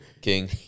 King